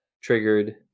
triggered